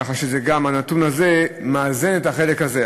ככה שגם הנתון הזה מאזן את החלק הזה.